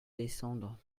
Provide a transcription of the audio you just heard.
descendre